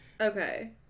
Okay